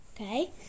okay